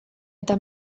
eta